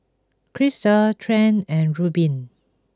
Krystle Trent and Reubin